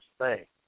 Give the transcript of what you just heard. say